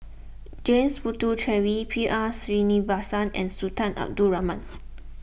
James Puthucheary B R Sreenivasan and Sultan Abdul Rahman